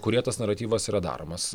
kurioje tas naratyvas yra daromas